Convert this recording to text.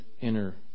inner